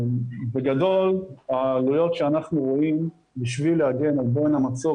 העלויות שאנחנו רואים בשביל להגן על בוהן המצוק